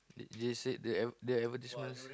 they they say they adver~ advertisements